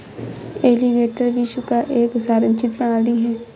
alligator विश्व का एक संरक्षित प्राणी है